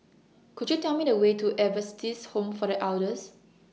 Could YOU Tell Me The Way to Adventist Home For The Elders